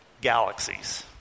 galaxies